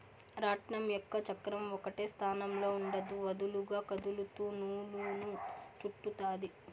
రాట్నం యొక్క చక్రం ఒకటే స్థానంలో ఉండదు, వదులుగా కదులుతూ నూలును చుట్టుతాది